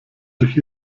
durch